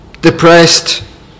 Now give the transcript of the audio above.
depressed